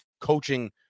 coaching